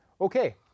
Okay